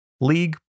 league